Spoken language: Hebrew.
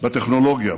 בטכנולוגיה,